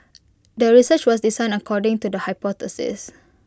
the research was designed according to the hypothesis